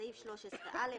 בסעיף 13(א),